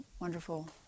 wonderful